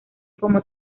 como